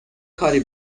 کاری